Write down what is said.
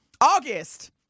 August